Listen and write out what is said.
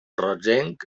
rogenc